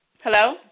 Hello